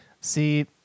See